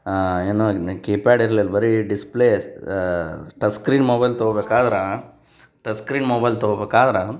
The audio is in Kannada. ಏನು ಕಿಪ್ಯಾಡ್ ಇರ್ಲಿಲ್ಲ ಬರೀ ಡಿಸ್ಪ್ಲೇ ಟಚ್ ಸ್ಕ್ರೀನ್ ಮೊಬೈಲ್ ತೊಗೊಬೇಕಾದ್ರೆ ಟಚ್ ಸ್ಕ್ರೀನ್ ಮೊಬೈಲ್ ತೊಗೊಬೇಕಾದ್ರೆ